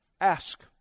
ask